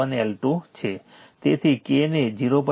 તેથી K ને 0